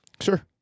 Sure